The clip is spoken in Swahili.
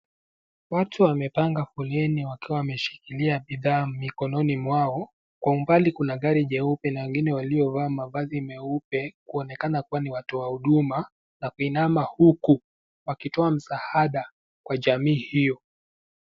Watu wamepanga foleni wakiwa wameshikilia bidhaa mikononi mwao. Kwa umbali kuna gari jeupe na wengine waliovaa mavazi meupe kuonekana kuwa watu wa huduma wakiina huku wakitoa msaada Kwa jamii hiyo .